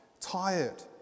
tired